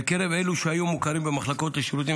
בקרב אלו שהיו מוכרים במחלקות לשירותים